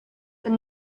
and